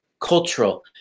cultural